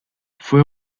fue